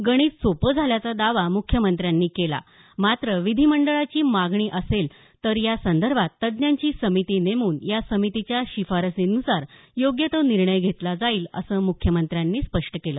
या पद्धतीमुळे गणित सोपं झाल्याचा दावा मुख्यमंत्र्यांनी केला मात्र विधिमंडळाची मागणी असेल तर या संदर्भात तज्ज्ञांची समिती नेमून या समितीच्या शिफारसींनुसार योग्य तो निर्णय घेतला जाईल असं मुख्यमंत्र्यांनी स्पष्ट केलं